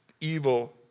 evil